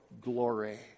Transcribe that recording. glory